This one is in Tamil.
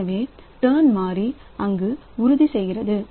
எனவே டர்ன் மாறி அங்கு உறுதி செய்கிறது